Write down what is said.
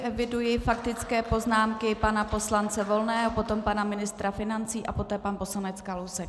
Eviduji faktické poznámky pana poslance Volného, potom pana ministra financí a poté pan poslanec Kalousek.